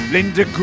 Linda